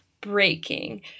breaking